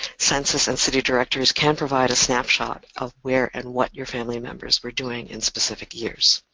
census and city directories can provide a snapshot of where and what your family members were doing in specific years.